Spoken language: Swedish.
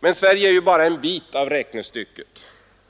Men Sverige är bara en bit av räknestycket.